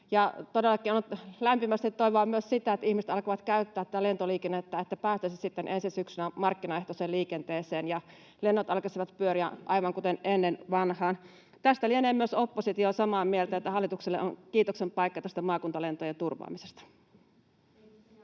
todellakin lämpimästi toivon myös sitä, että ihmiset alkavat käyttää tätä lentoliikennettä, että päästäisiin sitten ensi syksynä markkinaehtoiseen liikenteeseen ja lennot alkaisivat pyöriä aivan kuten ennen vanhaan. Tästä lienee myös oppositio samaa mieltä, että hallitukselle on kiitoksen paikka tästä maakuntalentojen turvaamisesta. [Speech